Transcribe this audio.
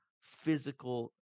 physical